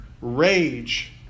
rage